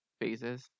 phases